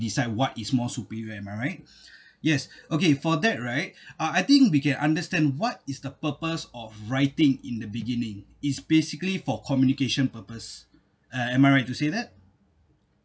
decide what is more superior am I right yes okay for that right uh I think we can understand what is the purpose of writing in the beginning it's basically for communication purpose uh am I right to say that